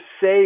say